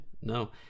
No